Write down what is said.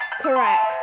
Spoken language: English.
correct